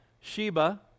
Sheba